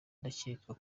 ndakeka